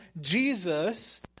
Jesus